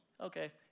okay